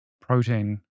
protein